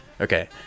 okay